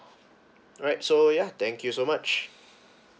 right so ya thank you so much